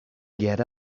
get